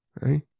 right